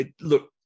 Look